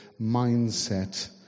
mindset